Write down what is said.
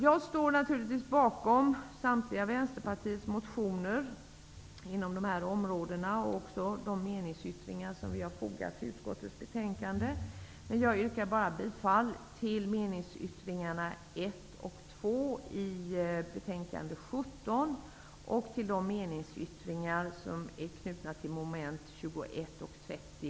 Jag står givetvis bakom samtliga Vänsterpartiets motioner inom dessa områden och de meningsyttringar som vi har fogat till utskottets betänkanden, men jag yrkar enbart bifall till meningsyttringarna 1 och 2 till betänkande 17 och till de meningsyttringar som avser mom. 21 och 30